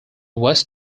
was